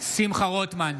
שמחה רוטמן,